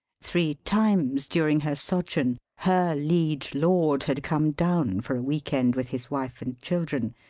three times during her sojourn her liege lord had come down for a week-end with his wife and children,